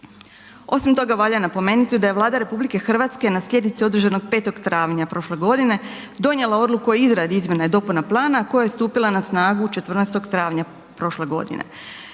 Osim toga valja napomenuti da je Vlada RH na sjednici održanoj 5. travnja prošle godine donijela odluku o izradi izmjene dopune plana koja je stupila na snagu 14. travnja prošle godine.